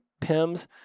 PIMS